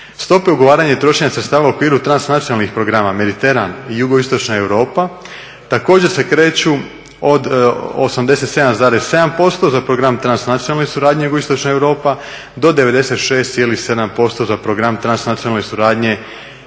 Stope ugovaranja i trošenja sredstava u okviru transnacionalnih programa, Mediteran i jugoistočna Europa, također se kreću od 87,7% za program transnacionalne suradnje jugoistočna Europa do 96,7% za program transnacionalne suradnje